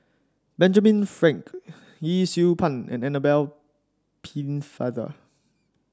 Benjamin Frank Yee Siew Pun and Annabel Pennefather